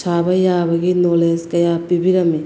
ꯁꯥꯕ ꯌꯥꯕꯒꯤ ꯅꯣꯂꯦꯖ ꯀꯌꯥ ꯄꯤꯕꯤꯔꯝꯏ